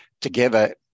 together